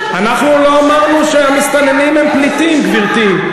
אנחנו לא אמרנו שהמסתננים הם פליטים, גברתי.